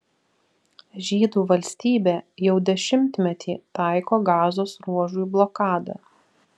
žydų valstybė jau dešimtmetį taiko gazos ruožui blokadą